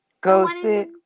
Ghosted